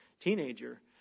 teenager